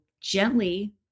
gently